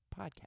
podcast